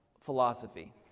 philosophy